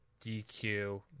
DQ